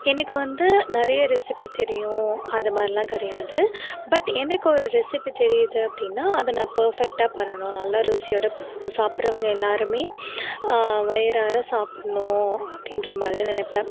எனக்கு வந்து நிறைய ரெசிப்பி தெரியும் அது மாதிரிலாம் கிடையாது பட் எனக்கு ஒரு ரெசிப்பி தெரியுது அப்படின்னா அதை நான் பர்ஃபெக்ட்டாக பண்ணணும் நல்லா ருசியோடு பண்ணணும் சாப்பிட்றவங்க எல்லாேருமே வயிறார சாப்பிட்ணும் அப்படின்ற மாதிரி நினைப்பேன்